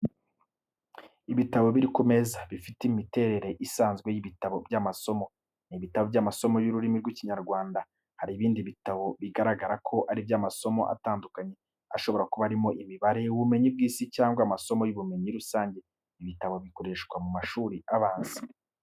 Ibitabo biri ku meza, bifite imiterere isanzwe y’ibitabo by’amasomo. Ni ibitabo by'amasomo y’ururimi rw'Ikinyarwanda. bHari ibindi bitabo bigaragara ko ari iby'amasomo atandukanye, ashobora kuba arimo imibare, ubumenyi bw’isi, cyangwa amasomo y’ubumenyi rusange. Ibi bitabo bikoreshwa mu mashuri abanza.